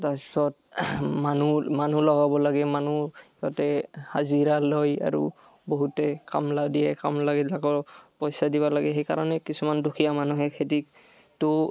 তাৰপিছত মানুহ মানুহ লগাব লাগে মানুহ তাতে হাজিৰা লয় আৰু বহুতে কামলা দিয়ে কামলাগিলাকৰ পইচা দিব লাগে সেই কাৰণে কিছুমান দুখীয়া মানুহে খেতিটো